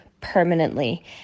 Permanently